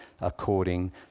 according